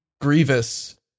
Grievous